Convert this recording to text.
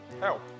help